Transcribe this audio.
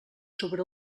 sobre